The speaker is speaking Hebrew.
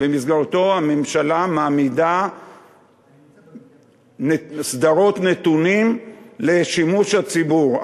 שבמסגרתו הממשלה מעמידה סדרות נתונים לשימוש הציבור.